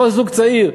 כל זוג צעיר,